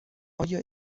آیا